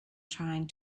trying